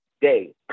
day